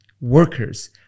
workers